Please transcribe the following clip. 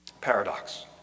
Paradox